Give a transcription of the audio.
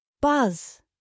Buzz